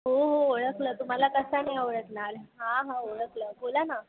हो हो ओळखलं तुम्हाला कसा नाही ओळखणार हां हां ओळखलं बोला ना